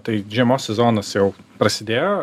tai žiemos sezonas jau prasidėjo